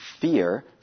fear